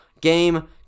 game